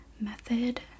method